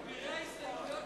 אבירי ההסתייגויות.